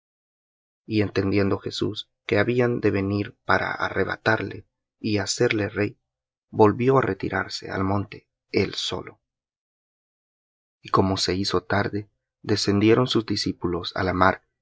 y entendiendo jesús que habían de venir para arrebatarle y hacerle rey volvió á retirarse al monte él solo y como se hizo tarde descendieron sus discípulos á la mar